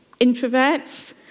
Introverts